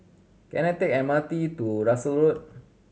can I take M R T to Russels Road